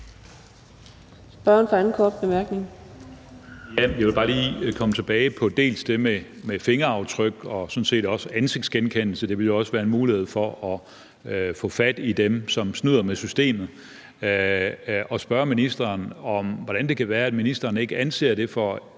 Spørgeren for sin anden korte bemærkning.